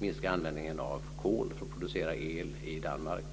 minska användningen av kol för produktion av el i Danmark.